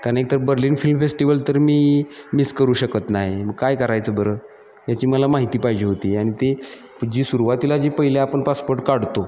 कारण एक तर बर्लिन फिल्म फेस्टिवल तर मी मिस करू शकत नाही मग काय करायचं बरं याची मला माहिती पाहिजे होती आणि ती जी सुरवातीला जी पहिले आपण पासपोर्ट काढतो